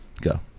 Go